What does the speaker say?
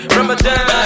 Ramadan